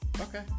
Okay